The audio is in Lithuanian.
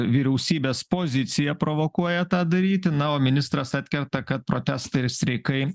vyriausybės pozicija provokuoja tą daryti na o ministras atkerta kad protestai ir streikai